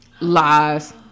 Lies